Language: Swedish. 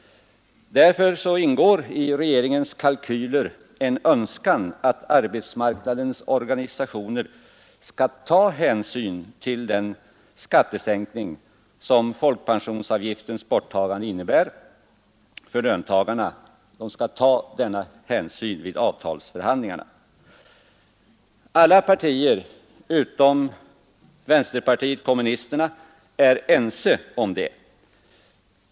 Därför ingår i regeringens kalkyler en önskan att arbetsmarknadens organisationer vid avtalsförhandlingarna skall ta hänsyn till den skattesänkning som folkpensionsavgiftens borttagande innebär för löntagarna. Alla partier utom vänsterpartiet kommunisterna är ense om det.